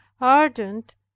ardent